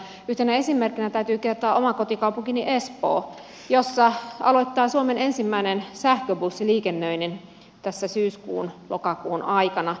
yhtenä esimerkkinä täytyy kertoa omasta kotikaupungistani espoosta joka aloittaa suomen ensimmäisen sähköbussiliikennöinnin tässä syyskuunlokakuun aikana